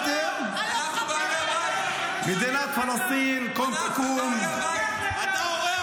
אתם ------ מדינת פלסטין קום תקום -- אתה אורח פה.